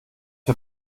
für